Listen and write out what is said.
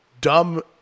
dumb